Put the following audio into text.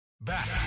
Back